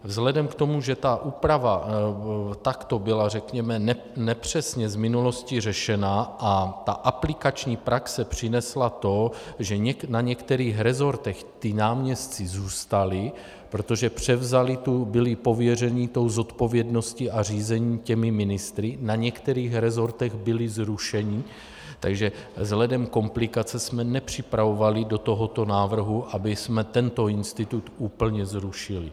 Vzhledem k tomu, že ta úprava takto byla, řekněme, nepřesně z minulosti řešena a aplikační praxe přinesla to, že na některých resortech ti náměstci zůstali, protože převzali, byli pověřeni tou zodpovědností a řízením těmi ministry, na některých resortech byli zrušeni, takže vzhledem ke komplikaci jsme nepřipravovali do toho návrhu, abychom tento institut úplně zrušili.